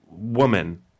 woman